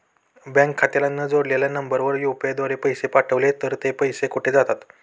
Bank खात्याला न जोडलेल्या नंबरवर यु.पी.आय द्वारे पैसे पाठवले तर ते पैसे कुठे जातात?